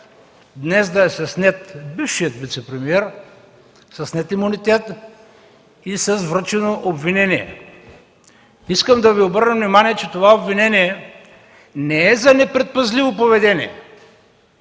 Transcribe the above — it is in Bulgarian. Стигна се дотам бившият вицепремиер днес да е със снет имунитет и с връчено обвинение. Искам да Ви обърна внимание, че това обвинение не е за непредпазливо поведение!